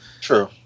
True